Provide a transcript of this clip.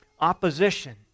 Opposition